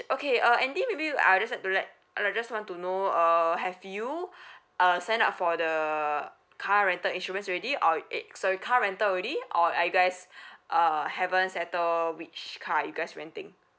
okay uh andy maybe I'd just like to like I'd like just want to know err have you uh sign up for the car rental insurance already or it sorry car rental already or are you guys uh haven't settle which car you guys renting